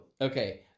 Okay